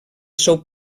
seu